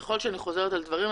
יכול להיות שאני חוזרת על דברים,